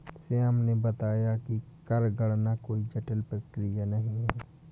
श्याम ने बताया कि कर गणना कोई जटिल प्रक्रिया नहीं है